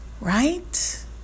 Right